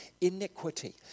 iniquity